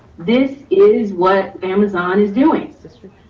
this is what amazon is doing district.